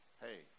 Hey